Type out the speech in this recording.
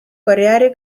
karjääri